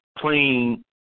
playing